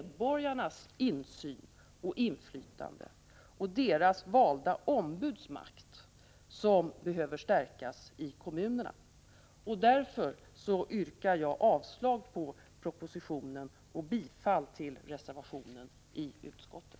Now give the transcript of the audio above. Det är medborgarnas insyn och m.m. inflytande och deras valda ombuds makt som behöver stärkas i kommunerna. Därför yrkar jag avslag på propositionen och bifall till reservationen i betänkandet.